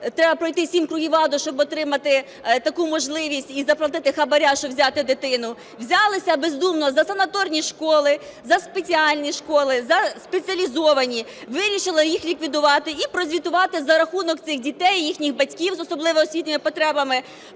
треба пройти "7 кругів Аду", щоб отримати таку можливість і заплатити хабар, щоб взяти дитину, взялися бездумно за санаторні школи, за спеціальні школи, за спеціалізовані. Вирішили їх ліквідувати і прозвітувати за рахунок цих дітей з особливими освітніми потребами